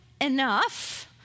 enough